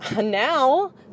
now